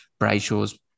Brayshaw's